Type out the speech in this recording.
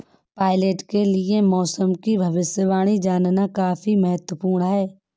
pilot के लिए मौसम की भविष्यवाणी जानना काफी महत्त्वपूर्ण है